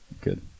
good